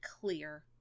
Clear